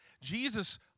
Jesus